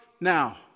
now